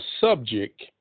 subject